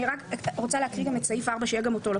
אני רוצה להקריא את סעיף 4 לפרוטוקול: